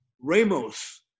Ramos